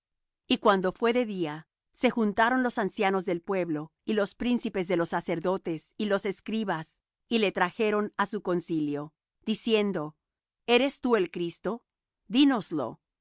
y cuando fué de día se juntaron los ancianos del pueblo y los príncipes de los sacerdotes y los escribas y le trajeron á su concilio diciendo eres tú el cristo dínos lo